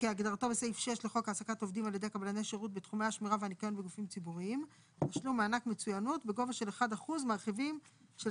טור 3 טור 4 רכיבי